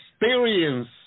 experience